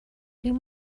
این